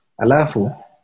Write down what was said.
Alafu